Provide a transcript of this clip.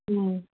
ꯎꯝ